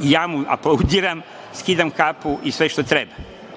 Ja mu aplaudiram, skidam kapu i sve što treba,